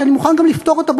שאני מוכן לפתור גם אותה,